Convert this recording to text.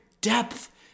depth